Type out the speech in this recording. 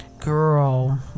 girl